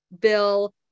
Bill